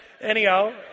anyhow